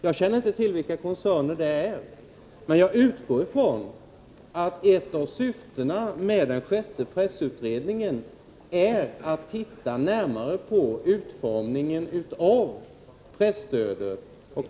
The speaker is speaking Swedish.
Jag känner inte till vilka koncerner det är, men jag utgår ifrån — 2 april 1986 att ett av syftena med den sjätte pressutredningen är att titta närmare på utformningen av presstödet.